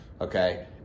okay